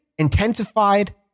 intensified